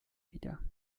wieder